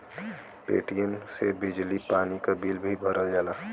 Paytm से बिजली पानी क बिल भरल जाला